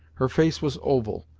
her face was oval,